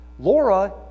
Laura